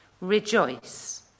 Rejoice